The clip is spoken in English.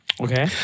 Okay